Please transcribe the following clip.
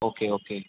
okay okay